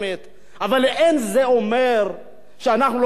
אבל אין זה אומר שאנחנו לא צריכים לאפשר